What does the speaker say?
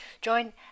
Join